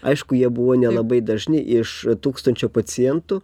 aišku jie buvo nelabai dažni iš tūkstančio pacientų